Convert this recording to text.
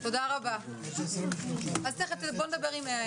תודה רבה, הישיבה נעולה.